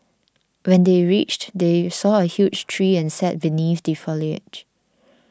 when they reached they saw a huge tree and sat beneath the foliage